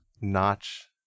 Notch